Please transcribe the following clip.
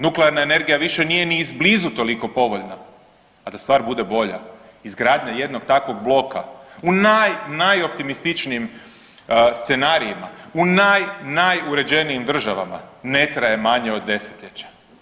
Nuklearna energija više nije ni iz blizu toliko povoljna, a da stvar bude bolja izgradnja jednog takvog bloka u naj, najoptimističnijim scenarijima, u naj, najuređenijim državama ne traje manje od 10-ljeća.